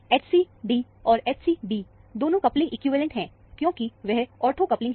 Hc d और Hc b दोनों coupling equivalent है क्योंकि वह ऑर्थो कपलिंग है